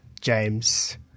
James